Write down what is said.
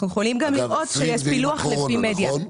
אנחנו יכולים גם לראות שיש פילוח לפי מדיה.